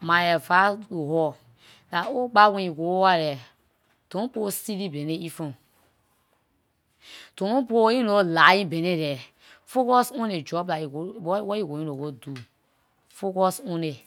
My advice to her, dah oh ba wen you go over there, don't put stealing bisnay in front, don't put ehn you know lying bisnay there. Focus on the job dah you go- where you going to go do, focus on it.